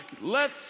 Let